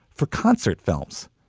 for concert films.